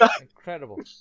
Incredible